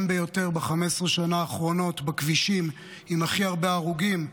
ביותר ב-15 השנה האחרונות עם הכי הרבה הרוגים,